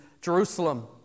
Jerusalem